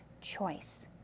choice